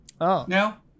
now